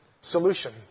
solution